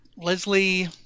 Leslie